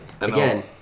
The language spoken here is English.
again